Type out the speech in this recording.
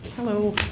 hello.